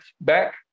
back